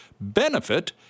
benefit